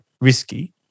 risky